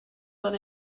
that